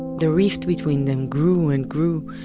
the rift between them grew and grew.